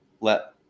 let